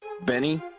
Benny